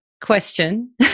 Question